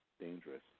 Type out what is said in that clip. dangerous